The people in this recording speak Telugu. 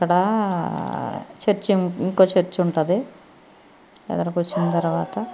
అక్కడా చర్చ్ ఇంకో చర్చ్ ఉంటుంది ఎదురుకి వచ్చిన తర్వాత